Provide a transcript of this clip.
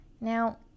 Now